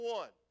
one